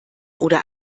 oder